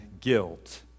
guilt